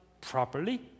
properly